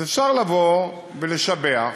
אז אפשר לבוא ולשבח.